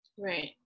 Right